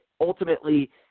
ultimately